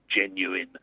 genuine